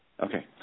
Okay